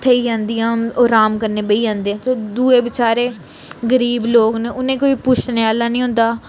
थ्होई जंदियां ओह् अराम कन्नै बेही जंदे ते दुए बेचारे गरीब लोग न उ'नेंगी कोई पुच्छने आह्ला नी होंदा